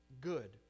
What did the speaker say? good